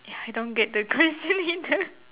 ya I don't get the question either